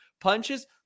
punches